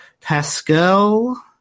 Pascal